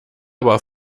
aber